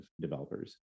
developers